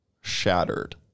shattered